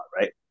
right